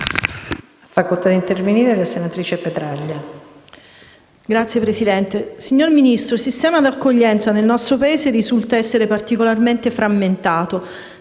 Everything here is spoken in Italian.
Signor Ministro, il sistema di accoglienza nel nostro Paese risulta essere particolarmente frammentato: